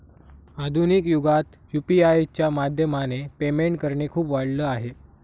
आधुनिक युगात यु.पी.आय च्या माध्यमाने पेमेंट करणे खूप वाढल आहे